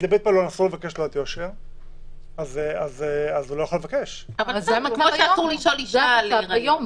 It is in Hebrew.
זה כבר המצב היום.